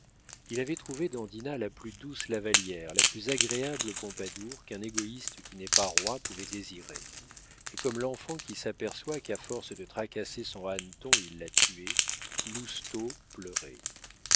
il avait trouvé dans dinah la plus douce lavallière la plus agréable pompadour qu'un égoïste qui n'est pas roi pouvait désirer et comme l'enfant qui s'aperçoit qu'à force de tracasser son hanneton il l'a tué lousteau pleurait